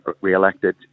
re-elected